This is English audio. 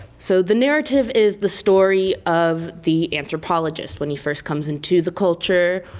so, the narrative is the story of the anthropologist when he first comes into the culture,